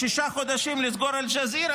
בשישה חודשים היא לא מצליחה